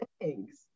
Thanks